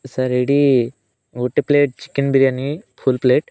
sir ଏଇଟି ଗୋଟେ plate chicken biryani full plate